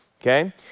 okay